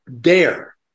dare